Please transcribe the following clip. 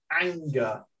anger